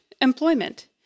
employment